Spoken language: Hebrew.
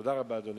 תודה רבה, אדוני.